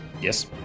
Yes